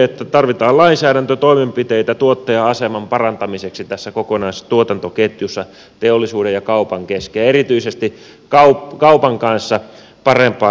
että tarvitaan lainsäädäntötoimenpiteitä tuottajan aseman parantamiseksi tässä kokonaistuotantoketjussa teollisuuden ja kaupan kesken ja erityisesti kaupan kanssa parempaa neuvotteluasemaa